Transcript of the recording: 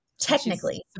technically